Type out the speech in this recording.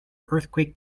earthquake